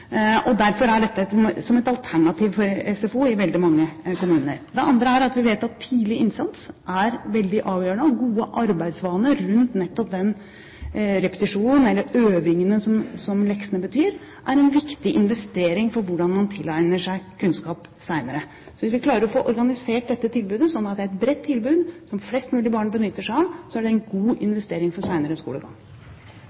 Derfor er dette som et alternativ for SFO i veldig mange kommuner. Det andre er at vi vet at tidlig innsats er veldig avgjørende, og gode arbeidsvaner rundt nettopp den repetisjonen, eller de øvingene, som leksene betyr, er en viktig investering for hvordan man tilegner seg kunnskap senere. Hvis vi klarer å få organisert dette tilbudet sånn at det blir et bredt tilbud som flest mulig barn benytter seg av, er det en god